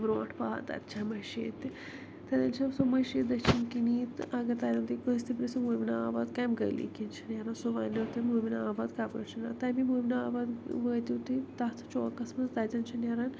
برونٛٹھ پَہَن تتہ چھ مٔشیٖد تہٕ تتیٚن چھو سۄ مٔشیٖد دٔچھِن کِنی تہٕ اگر تتیٚن تُہۍ کٲنٛسہِ تہِ پرژھِو مومنہ آباد کمہ گلی کِن چھ نیرُن سُہ وَنیٚو تۄہہِ مومنہ آباد کَپیر چھُ تمے مومنی آباد وٲتِو تُہۍ تتھ چوکَس مَنٛز تَپٲر چھ نیران